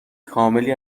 کاملی